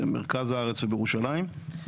במרכז הארץ ובירושלים.